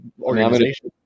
organization